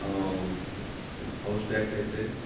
house tax అయితే